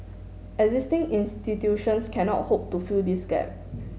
existing institutions cannot hope to fill this gap